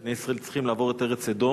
בני ישראל צריכים לעבור את ארץ אדום.